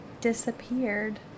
disappeared